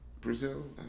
Brazil